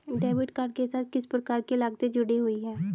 Debit card के साथ किस प्रकार की लागतें जुड़ी हुई हैं?